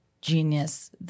Genius